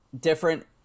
different